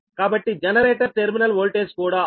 కాబట్టి generator terminal voltage కూడా 6